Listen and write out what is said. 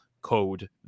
code